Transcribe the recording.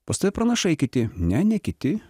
pas tave pranašai kiti ne kiti